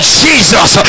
jesus